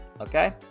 Okay